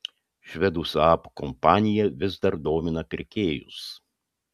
švedų saab kompanija vis dar domina pirkėjus